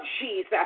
Jesus